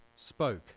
spoke